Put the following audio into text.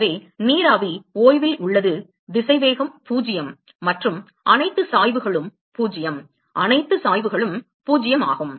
எனவே நீராவி ஓய்வில் உள்ளது திசைவேகம் 0 மற்றும் அனைத்து சாய்வுகளும் 0 அனைத்து சாய்வுகளும் 0 ஆகும்